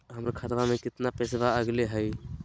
हमर खतवा में कितना पैसवा अगले हई?